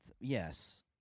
yes